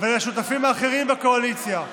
ולשותפים האחרים בקואליציה,